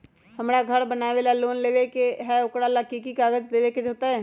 हमरा घर बनाबे ला लोन लेबे के है, ओकरा ला कि कि काग़ज देबे के होयत?